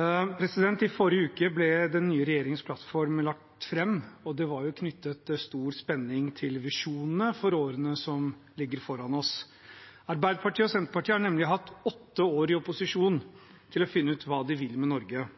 I forrige uke ble den nye regjeringens plattform lagt fram, og det var knyttet stor spenning til visjonene for årene som ligger foran oss. Arbeiderpartiet og Senterpartiet har nemlig hatt åtte år i opposisjon til å finne ut hva de vil med Norge.